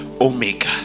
Omega